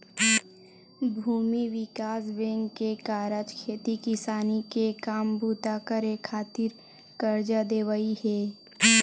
भूमि बिकास बेंक के कारज खेती किसानी के काम बूता करे खातिर करजा देवई हे